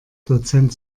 dozent